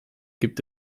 gibt